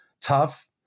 tough